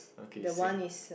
the one is